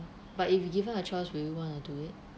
but if given a choice would you want to do it